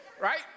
right